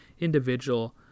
individual